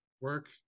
work